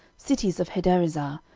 cities of hadarezer,